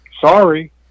Sorry